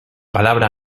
palabra